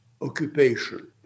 occupation